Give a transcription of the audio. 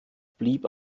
blieb